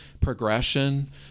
progression